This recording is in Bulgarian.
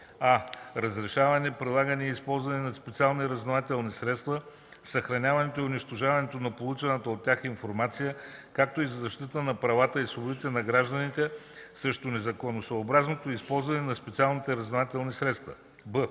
а) разрешаването, прилагането и използването на специалните разузнавателни средства, съхраняването и унищожаването на получената чрез тях информация, както и за защита на правата и свободите на гражданите срещу незаконосъобразното използване на специални разузнавателни средства; б)